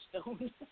Stone